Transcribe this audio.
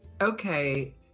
Okay